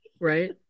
right